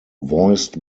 voiced